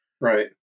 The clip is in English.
right